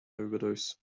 overdose